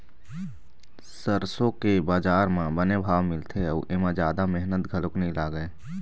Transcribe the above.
सरसो के बजार म बने भाव मिलथे अउ एमा जादा मेहनत घलोक नइ लागय